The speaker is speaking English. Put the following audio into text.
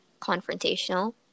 confrontational